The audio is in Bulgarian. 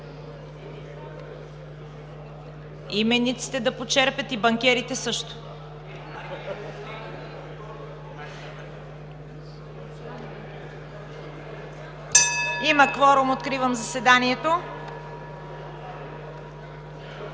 Имениците да почерпят и банкерите също. (Звъни.) Има кворум. Откривам заседанието.